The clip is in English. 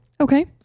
Okay